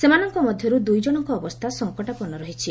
ସେମାନଙ୍କ ମଧ୍ୟର୍ ଦୂଇ ଜଣଙ୍କ ଅବସ୍ଥା ସଂକଟାପନ୍ନ ରହିଛି